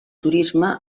turisme